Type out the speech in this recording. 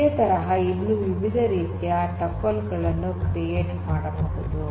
ಇದೆ ತರಹ ಇನ್ನು ವಿವಿಧ ರೀತಿಯ ಟಪಲ್ ಗಳನ್ನು ಕ್ರಿಯೇಟ್ ಮಾಡಬಹುದು